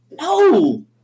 No